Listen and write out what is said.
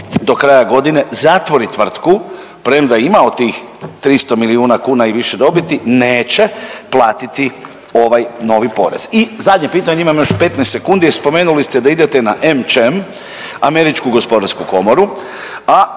do kraja godine zatvori tvrtku, premda imao tih 300 milijuna kuna i više dobiti, neće platiti ovaj novi porez? I zadnje pitanje, imam još 15 sekundi, spomenuli ste da idete na AmCham, američku gospodarsku komoru, a